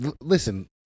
Listen